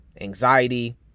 anxiety